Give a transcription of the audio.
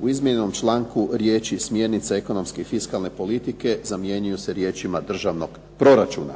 U izmijenjenom članku riječi: "smjernice ekonomske i fiskalne politike" zamjenjuju se riječima državnog proračuna.